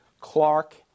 Clark